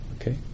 Okay